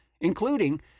including